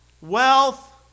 wealth